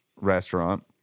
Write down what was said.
restaurant